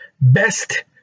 best